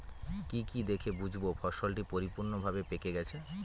কি কি দেখে বুঝব ফসলটি পরিপূর্ণভাবে পেকে গেছে?